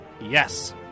Yes